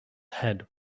head